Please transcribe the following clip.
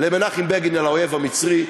למנחם בגין על האויב המצרי,